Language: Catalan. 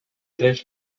creix